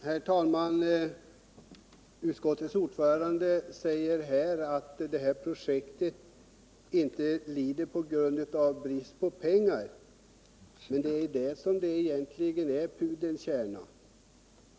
Herr talman! Utskottets ordförande säger att projektet inte lider brist på pengar. Men det är bristen på pengar som egentligen är pudelns kärna.